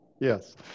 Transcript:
Yes